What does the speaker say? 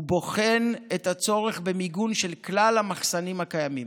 ובוחן את הצורך במיגון של כלל המחסנים הקיימים.